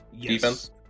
defense